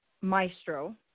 Maestro